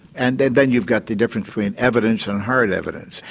and then then you've got the difference between evidence and hard evidence,